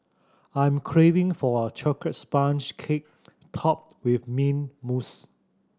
I'm craving for a chocolate sponge cake topped with mint mousse